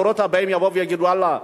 הדורות הבאים יבואו ויגידו: ואללה,